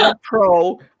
pro